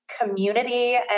community